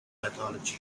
mythology